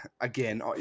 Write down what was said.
Again